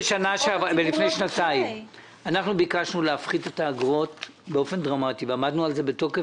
לפני שנתיים ביקשנו להפחית את האגרות באופן דרמטי ועמדנו על זה בתוקף.